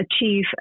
achieve